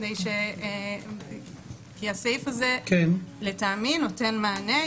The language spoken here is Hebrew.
כי הסעיף הזה לטעמי נותן מענה,